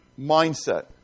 Mindset